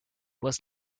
was